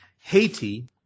Haiti